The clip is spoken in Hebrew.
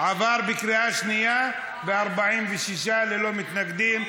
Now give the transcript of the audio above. עבר בקריאה שנייה ב-46 ללא מתנגדים.